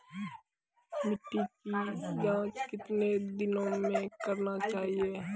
मिट्टी की जाँच कितने दिनों मे करना चाहिए?